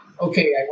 okay